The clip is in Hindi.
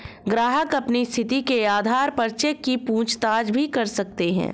ग्राहक अपनी स्थिति के आधार पर चेक की पूछताछ भी कर सकते हैं